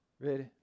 Ready